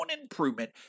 improvement